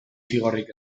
zigorrik